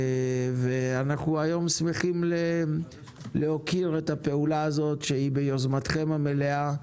ואנו היום שמחים להוקיר את הפעולה הזו שהיא ביוזמתכם המלאה.